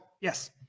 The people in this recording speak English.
Yes